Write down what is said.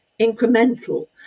incremental